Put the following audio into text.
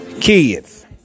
kids